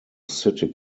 city